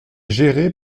géré